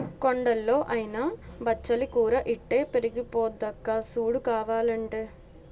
కొండల్లో అయినా బచ్చలి కూర ఇట్టే పెరిగిపోద్దక్కా సూడు కావాలంటే